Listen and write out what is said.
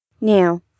Now